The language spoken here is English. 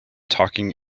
talking